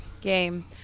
game